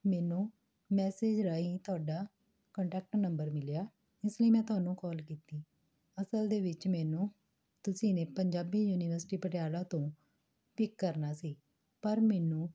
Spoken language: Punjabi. ਮੈਨੂੰ ਮੈਸੇਜ ਰਾਹੀ ਤੁਹਾਡਾ ਕੰਟੈਕਟ ਨੰਬਰ ਮਿਲਿਆ ਇਸ ਲਈ ਮੈਂ ਤੁਹਾਨੂੰ ਕੋਲ ਕੀਤੀ ਅਸਲ ਦੇ ਵਿੱਚ ਮੈਨੂੰ ਤੁਸੀਂ ਨੇ ਪੰਜਾਬੀ ਯੂਨੀਵਰਸਿਟੀ ਪਟਿਆਲਾ ਤੋਂ ਪਿੱਕ ਕਰਨਾ ਸੀ ਪਰ ਮੈਨੂੰ